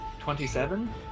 27